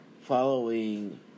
following